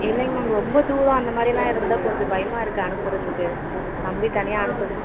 இல்லைங்க மேம் ரொம்ப தூரம் அந்த மாதிரிலாம் இருந்தால் கொஞ்சம் பயமாக இருக்குது அனுப்புகிறத்துக்கு நம்பி தனியாக அனுப்ப